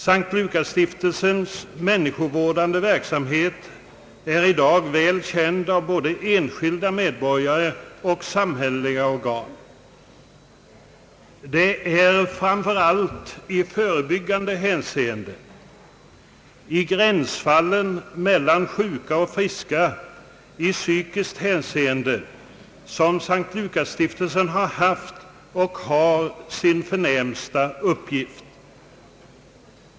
S:t Lukasstiftelsens människovårdande verksamhet är i dag väl känd av både enskilda medborgare och samhälle liga organ. Det är framför allt i förebyggande syfte, i gränsfallen mellan sjuka och friska i psykiskt hänseende som S:t Lukasstiftelsen har haft och har sin förnämsta uppgift.